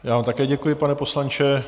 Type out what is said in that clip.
Já vám také děkuji, pane poslanče.